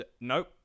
Nope